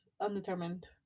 undetermined